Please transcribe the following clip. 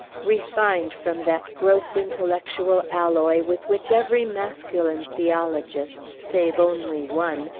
refined from that gross, intellectual alloy with which every masculine theologist save only one,